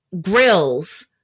grills